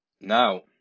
Now